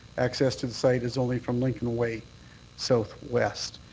access to the site is only from lincoln way southwest.